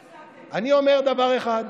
סוף-סוף, אני אומר דבר אחד,